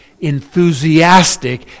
enthusiastic